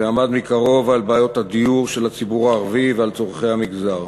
ועמד מקרוב על בעיות הדיור של הציבור הערבי ועל צורכי המגזר.